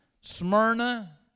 Smyrna